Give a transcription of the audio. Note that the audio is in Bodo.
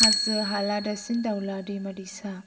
हाजो हाला दावसिन दावला दैमा दैसा